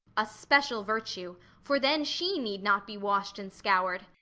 a special virtue for then she need not be wash'd and scour'd.